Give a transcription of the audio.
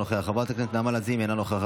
אינו נוכח,